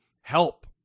help